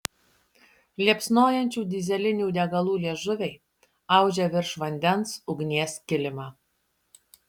liepsnojančių dyzelinių degalų liežuviai audžia virš vandens ugnies kilimą